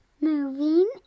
Moving